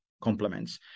Complements